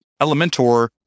Elementor